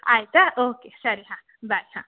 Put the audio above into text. ಆಯಿತಾ ಓಕೆ ಸರಿ ಹಾಂ ಬಾಯ್ ಹಾಂ